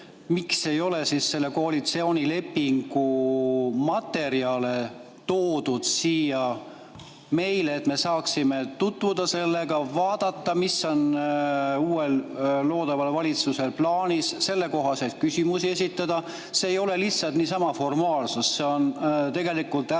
miks ei ole selle koalitsioonilepingu materjale toodud siia meile, et me saaksime tutvuda nendega, vaadata, mis on uuel loodaval valitsusel plaanis, sellekohaseid küsimusi esitada. See ei ole lihtsalt niisama formaalsus, see on tegelikult